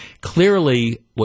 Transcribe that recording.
clearly